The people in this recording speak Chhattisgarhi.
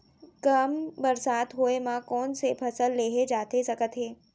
कम बरसात होए मा कौन से फसल लेहे जाथे सकत हे?